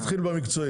בוא נתחיל במקצועי.